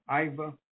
Iva